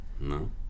No